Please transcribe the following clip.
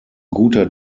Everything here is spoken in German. guter